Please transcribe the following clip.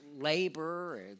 labor